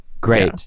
Great